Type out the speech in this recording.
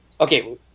okay